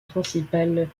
principales